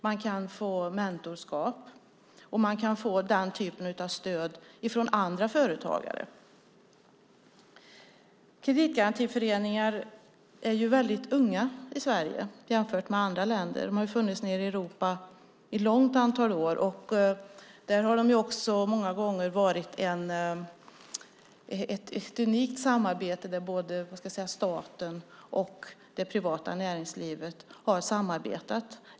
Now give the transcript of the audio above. Man kan få mentorskap och den typen av stöd från andra företagare. Kreditgarantiföreningar är någonting som är väldigt ungt i Sverige jämfört med hur det är i andra länder. Kreditgarantiföreningar har funnits nere i Europa i ett stort antal år. Många gånger har det där varit ett unikt samarbete där staten och det privata näringslivet har samarbetat.